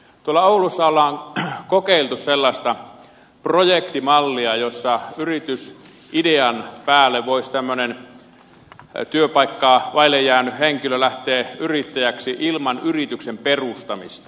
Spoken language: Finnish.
tuolla oulussa on kokeiltu sellaista projektimallia jossa yritysidean päälle voisi tämmöinen työpaikkaa vaille jäänyt henkilö lähteä yrittäjäksi ilman yrityksen perustamista